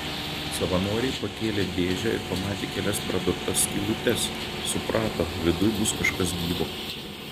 savanoriai pakėlė dėžę ir pamatė kelias pradurtas skylutes suprato viduj bus kažkas gyvo